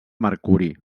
mercuri